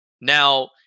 Now